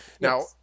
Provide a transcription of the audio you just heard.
Now